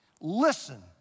Listen